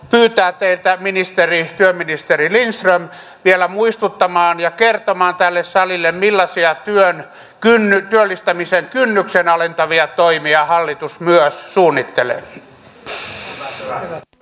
siksi haluaisinkin pyytää teitä työministeri lindström vielä muistuttamaan ja kertomaan tälle salille millaisia työllistämisen kynnystä alentavia toimia hallitus myös suunnittelee